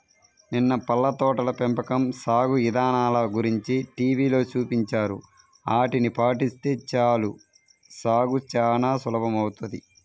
నిన్న పళ్ళ తోటల పెంపకం సాగు ఇదానల గురించి టీవీలో చూపించారు, ఆటిని పాటిస్తే చాలు సాగు చానా సులభమౌతది